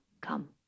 come